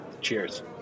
Cheers